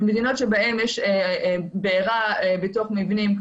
מדינות שבהן יש בעירה בתוך מבנים,